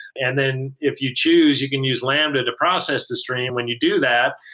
and then if you choose, you can use lambda to process the stream. when you do that,